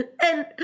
And